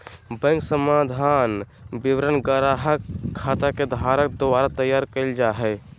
bank समाधान विवरण ग्राहक खाता के धारक द्वारा तैयार कइल जा हइ